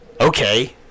Okay